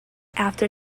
after